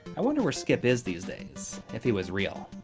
i wonder where skip is these days. if he was real.